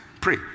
Pray